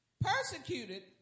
persecuted